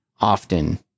often